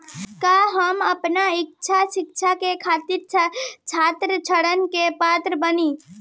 का हम आपन उच्च शिक्षा के खातिर छात्र ऋण के पात्र बानी?